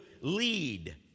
lead